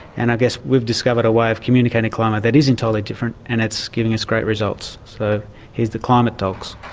and i guess we've discovered a way of communicating climate that is entirely different, and it's given us great results. so here's the climate dogs.